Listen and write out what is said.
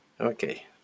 Okay